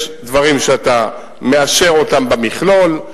יש דברים שאתה מאשר אותם במכלול,